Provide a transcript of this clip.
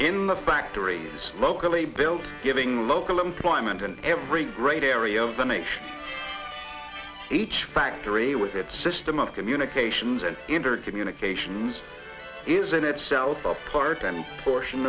the factories locally built giving local employment in every great area of the nation each factory with its system of communications and entered communications is in itself apart and portion